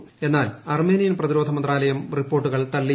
് എന്നാൽ അർമീനിയൻ പ്രതിരോധ മന്ത്രാലയം ്റിപ്പോർട്ടുകൾ തള്ളി